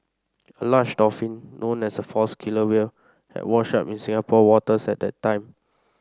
a large dolphin known as a false killer whale had washed up in Singapore waters at that time